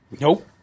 Nope